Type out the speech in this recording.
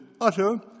utter